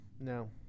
No